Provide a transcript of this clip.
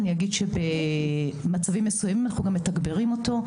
אני אגיד שבמצבים מסוימים אנחנו גם מתגברים אותו.